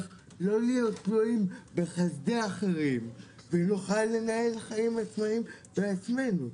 להיות תלויים בחסדי אחרים ונוכל לנהל חיים עצמאיים בעצמנו.